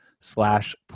Slash